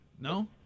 No